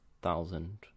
thousand